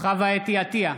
חוה אתי עטייה,